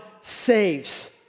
saves